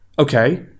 okay